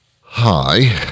Hi